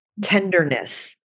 tenderness